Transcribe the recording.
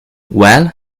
well